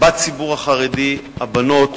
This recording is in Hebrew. בציבור החרדי הבנות